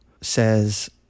says